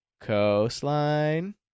coastline